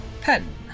pen